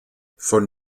von